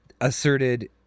asserted